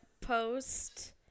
post